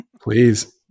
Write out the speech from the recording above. Please